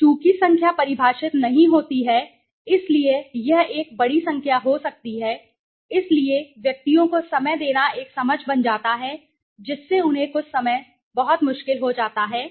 चूंकि संख्या परिभाषित नहीं होती है इसलिए यह एक बड़ी संख्या हो सकती है इसलिए व्यक्तियों को समय देना एक समझ बन जाता है जिससे उन्हें कुछ समय बहुत मुश्किल हो सकता है